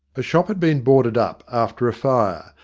a shop had been boarded up after a fire,